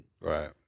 Right